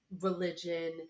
religion